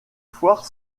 foire